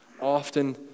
often